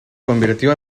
convirtió